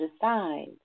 decide